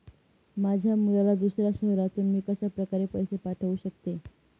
माझ्या मुलाला दुसऱ्या शहरातून मी कशाप्रकारे पैसे पाठवू शकते?